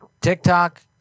TikTok